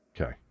Okay